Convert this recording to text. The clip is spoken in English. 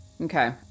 Okay